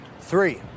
Three